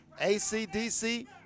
ACDC